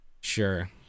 Sure